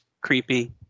creepy